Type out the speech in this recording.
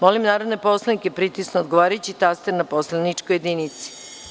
Molim narodne poslanike da pritisnu odgovarajući taster na poslaničkoj jedinici.